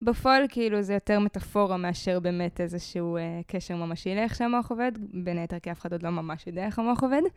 בפועל כאילו זה יותר מטאפורה מאשר באמת איזשהו קשר ממשי לאיך שהמוח עובד בין היתר כי אף אחד עוד לא ממש יודע איך המוח עובד